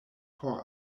por